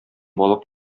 балык